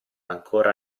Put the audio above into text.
ancora